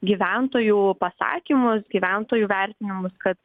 gyventojų pasakymus gyventojų vertinimus kad